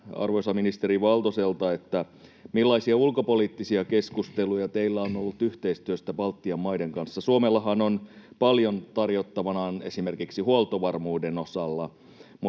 arvoisa ministeri Valtoselta: Millaisia ulkopoliittisia keskusteluja teillä on ollut yhteistyöstä Baltian maiden kanssa? Suomellahan on paljon tarjottavanaan esimerkiksi huoltovarmuuden osalla,